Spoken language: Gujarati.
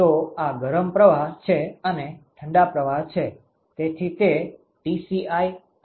તો આ ગરમ પ્રવાહ છે અને આ ઠંડા પ્રવાહ છે તેથી તે Tci અને Tco છે